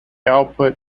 output